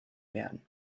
werden